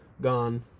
gone